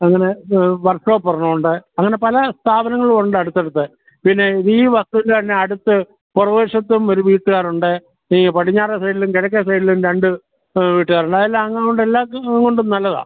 അങ്ങനെ വർക്ക്ഷോപ്പ് ഒരെണ്ണം ഉണ്ട് അങ്ങനെ പല സ്ഥാപനങ്ങളും ഉണ്ട് അടുത്തടുത്ത് പിന്നെ ഈ വസ്തുവിൻ്റെ തന്നെ അടുത്ത് പുറക് വശത്തും ഒരു വീട്ടുകാരുണ്ട് ഈ പടിഞ്ഞാറേ സൈഡിലും കിഴക്കേ സൈഡിലും രണ്ട് വീട്ടുകാരുണ്ട് അതെല്ലാം കൊണ്ട് എല്ലാവർക്കും അതുകൊണ്ടും നല്ലതാണ്